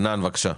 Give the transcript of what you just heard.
חנן, בבקשה.